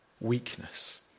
Weakness